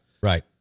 Right